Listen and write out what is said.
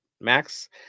Max